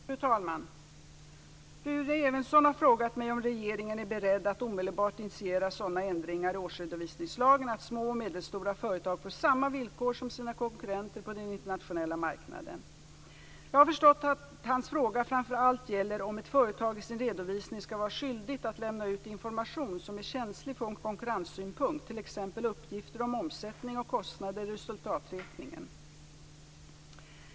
Fru talman! Rune Evensson har frågat mig om regeringen är beredd att omedelbart initiera sådana ändringar i årsredovisningslagen att små och medelstora företag får samma villkor som sina konkurrenter på den internationella marknaden. Jag har förstått att hans fråga framför allt gäller om ifall ett företag i sin redovisning skall vara skyldigt att lämna ut information som är känslig från konkurrenssynpunkt, t.ex. uppgifter om omsättning och kostnader i resultaträkningen.